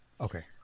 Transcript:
Okay